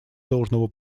должного